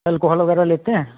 alcohol वगैरह लेते हैं